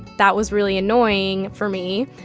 that was really annoying for me.